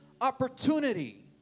opportunity